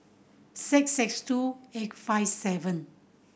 six six two eight five seven